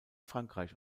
frankreich